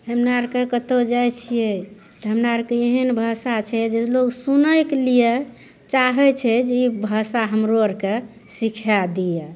हमरा आरके कतौ जाइ छियै तऽ हमरा आरके एहन भाषा छै जे लोक सुनैके लिए चाहै छै जे ई भाषा हमरो आरके सिखाए दियए